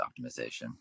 optimization